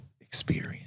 experience